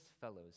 fellows